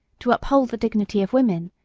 to uphold the dignity of women,